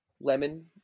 lemon